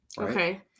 okay